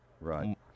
right